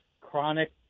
chronic